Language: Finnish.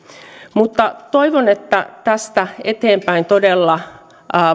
toivon että tästä eteenpäin todella